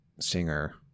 singer